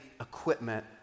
equipment